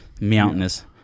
Mountainous